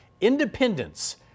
independence